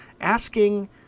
asking